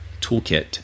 toolkit